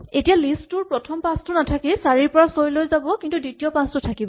এতিয়া list two ৰ প্ৰথম পাঁচটো নাথাকি ৪ ৰ পৰা ৬ লৈ যাব কিন্তু দ্বিতীয় পাঁচটো থাকিব